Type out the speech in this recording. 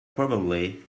probably